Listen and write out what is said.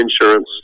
insurance